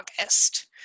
August